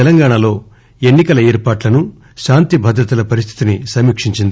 తెలంగాణాలో ఎన్ని కల ఏర్పాట్లను శాంతిభద్రతల పరిస్థితిని సమీక్షించింది